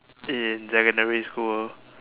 in secondary school